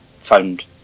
found